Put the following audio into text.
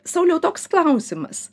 sauliau toks klausimas